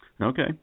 Okay